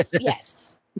yes